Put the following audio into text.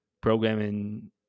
programming